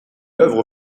œuvre